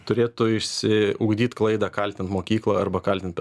turėtų išsiugdyt klaidą kaltint mokyklą arba kaltint